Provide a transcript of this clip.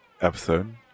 episode